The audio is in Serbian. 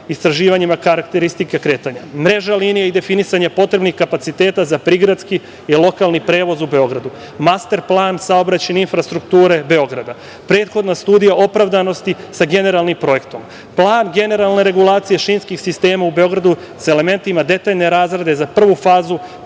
istraživanjima karakteristika kretanja, mreže linije i definisanje potrebnih kapaciteta za prigradski i lokalni prevoz u Beogradu, master plan saobraćajne infrastrukture Beograda, prethodna studija opravdanosti sa generalnim projektom, plan generalne regulacije šinskih sistema u Beogradu sa elementima detaljne razrade za prvu fazu